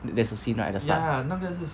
there's a scene right at the start